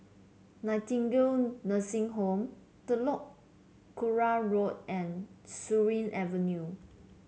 Nightingale Nursing Home Telok Kurau Road and Surin Avenue